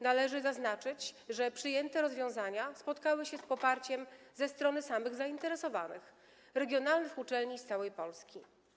Należy zaznaczyć, że przyjęte rozwiązania spotkały się z poparciem ze strony samych zainteresowanych - regionalnych uczelni z całej Polski.